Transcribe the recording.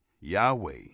Yahweh